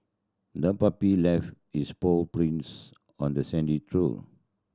the puppy left its paw prints on the sandy shore